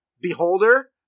beholder